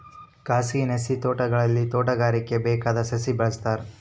ಖಾಸಗಿ ಸಸಿ ತೋಟಗಳಲ್ಲಿ ತೋಟಗಾರಿಕೆಗೆ ಬೇಕಾದ ಸಸಿ ಬೆಳೆಸ್ತಾರ